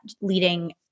leading